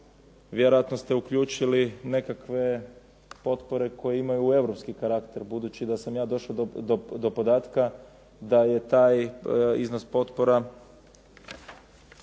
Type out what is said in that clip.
vjerojatno ste uključili nekakve potpore koje imaju europski karakter budući da sam ja došao do podatka da je taj iznos potpora